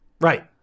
Right